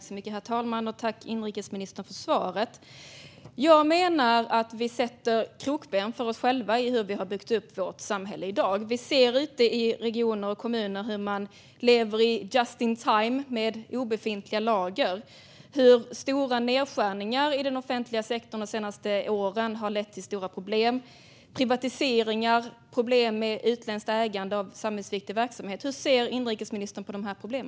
Herr talman! Tack, inrikesministern, för svaret! Jag menar att vi sätter krokben för oss själva när det gäller hur vi har byggt upp vårt samhälle i dag. Vi ser ute i regioner och kommuner hur man lever enligt just-in-time, med obefintliga lager, och hur stora nedskärningar i den offentliga sektorn de senaste åren har lett till stora problem. Vi ser privatiseringar och problem med utländskt ägande av samhällsviktig verksamhet. Hur ser inrikesministern på dessa problem?